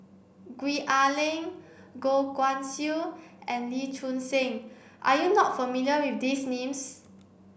Gwee Ah Leng Goh Guan Siew and Lee Choon Seng are you not familiar with these names